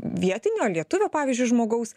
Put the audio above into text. vietinio lietuvio pavyzdžiui žmogaus